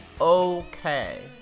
okay